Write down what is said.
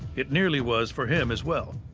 it nearly was for him, as well.